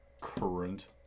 current